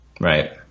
Right